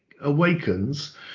awakens